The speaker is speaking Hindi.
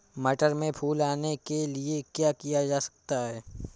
मटर में फूल आने के लिए क्या किया जा सकता है?